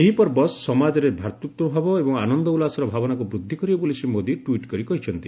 ଏହି ପର୍ବ ସମାଜରେ ଭ୍ରାତୃତ୍ୱଭାବ ଏବଂ ଆନନ୍ଦ ଉଲ୍ଲାସର ଭାବନାକୁ ବୃଦ୍ଧି କରିବ ବୋଲି ଶ୍ରୀ ମୋଦୀ ଟ୍ପିଟ୍ କରି କହିଛନ୍ତି